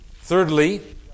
Thirdly